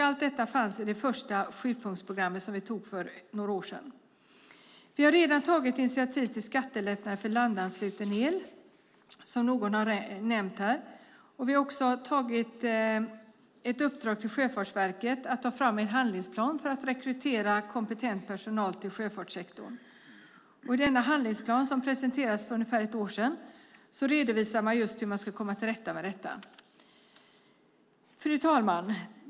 Allt detta fanns i det första sjupunktsprogrammet som vi beslutade om för några år sedan. Vi har redan tagit initiativ till skattelättnader för landansluten el, som någon har nämnt här. Vi har också gett ett uppdrag till Sjöfartsverket att ta fram en handlingsplan för att rekrytera kompetent personal till sjöfartssektorn. I denna handlingsplan, som presenterades för ungefär ett år sedan, redovisar man just hur man ska komma till rätta med detta. Fru talman!